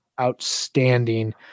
outstanding